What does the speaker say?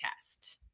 test